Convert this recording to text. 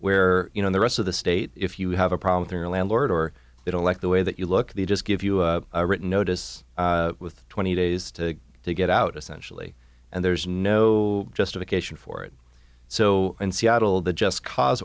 where you know the rest of the state if you have a problem their landlord or they don't like the way that you look they just give you a written notice with twenty days to get out a sensually and there's no justification for it so in seattle the just cause